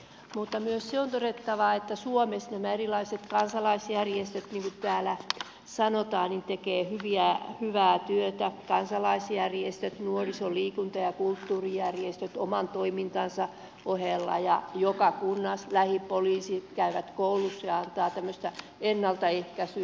mutta myös se on todettava että suomessa nämä erilaiset kansalaisjärjestöt niin kuin täällä sanotaan tekevät hyvää työtä nuoriso liikunta ja kulttuurijärjestöt oman toimintansa ohella ja joka kunnassa lähipoliisit käyvät kouluissa ja antavat tämmöistä ennaltaehkäisyä